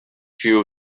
few